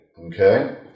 Okay